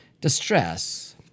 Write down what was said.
Distress